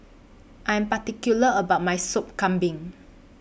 I'm particular about My Sop Kambing